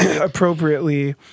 appropriately